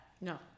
no